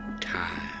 time